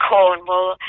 Cornwall